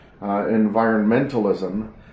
environmentalism